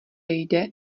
jde